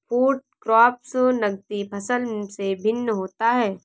food crops नगदी फसल से भिन्न होता है